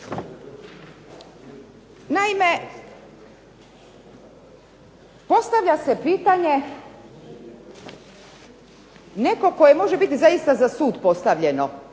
Naime, postavlja se pitanje neko koje može biti zaista za sud postavljeno